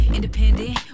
Independent